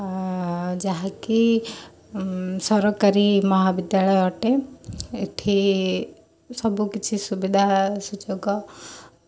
ଯାହାକି ସରକାରୀ ମହାବିଦ୍ୟାଳୟ ଅଟେ ଏଠି ସବୁକିଛି ସୁବିଧା ସୁଯୋଗ